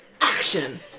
Action